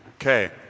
Okay